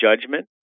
judgment